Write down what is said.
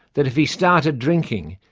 that if he started drinking,